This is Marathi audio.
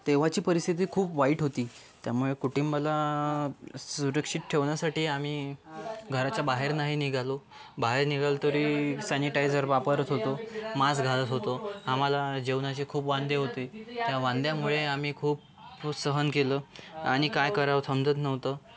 तेव्हाची परिस्थिती खूप वाईट होती त्यामूळे कुटुंबाला सुरक्षित ठेवण्यासाठी आम्ही घराच्या बाहेर नाही निघालो बाहेर निघालो तरी सॅनिटायझर वापरत होतो मास्क घालत होतो आम्हाला जेवणाचे खुप वांदे होते त्या वांद्यांमुळे आम्ही खूप खूप सहन केलं आणि काय करावं समजत नव्हतं